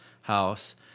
house